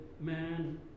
man